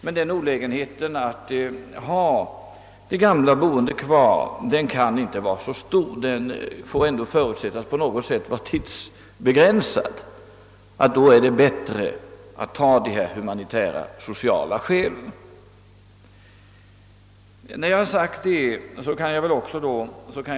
Men nackdelen av att låta de gamla bo kvar kan inte vara så stor. Den får ändå förutsättas vara tidsbegränsad. Under sådana förhållanden är det också bättre att ta hänsyn till de humanitära och sociala skälen.